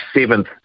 seventh